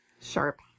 sharp